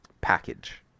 package